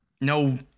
no